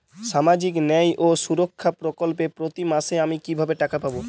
সামাজিক ন্যায় ও সুরক্ষা প্রকল্পে প্রতি মাসে আমি কিভাবে টাকা পাবো?